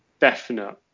definite